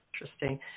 interesting